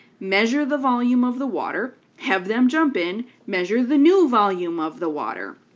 measure the volume of the water, have them jump in, measure the new volume of the water.